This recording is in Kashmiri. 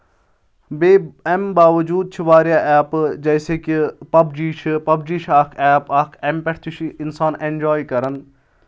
بیٚیہِ اَمہِ باوجوٗد چھِ واریاہ ایپہٕ جیسے کہِ پَبجی چھِ پَبجی چھِ اَکھ ایپ اَکھ اَمہِ پؠٹھ تہِ چھُ اِنسان اؠنجاے کَرَان